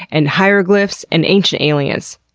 and hieroglyphs. and ancient aliens,